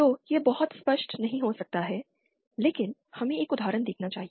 तो यह बहुत स्पष्ट नहीं हो सकता है लेकिन हमें एक उदाहरण देखना चाहिए